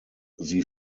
sie